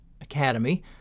academy